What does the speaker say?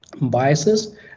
biases